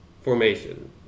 formation